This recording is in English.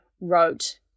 wrote